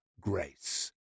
grace